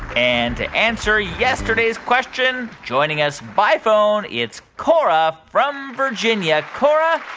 and to answer yesterday's question, joining us by phone, it's cora from virginia. cora,